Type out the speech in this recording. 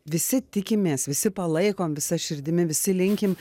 visi tikimės visi palaikom visa širdimi visi linkim